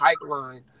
pipeline